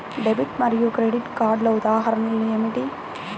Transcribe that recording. Debit మరియు credit ఉదాహరణలు ఏమిటీ?